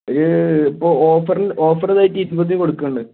E ഇപ്പോൾ ഓഫറിൽ ഓഫറിതായിട്ട് ഇരുപതിൽ കൊടുക്കുന്നുണ്ട്